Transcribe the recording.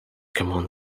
common